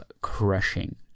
crushing